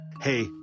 Hey